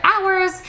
hours